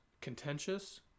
contentious